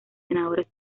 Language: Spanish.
senadores